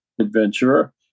adventurer